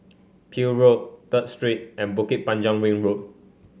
Peel Road Third Street and Bukit Panjang Ring Road